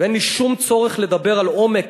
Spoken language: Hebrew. ואין לי שום צורך לדבר על עומק